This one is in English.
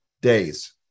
days